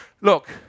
look